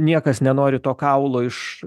niekas nenori to kaulo iš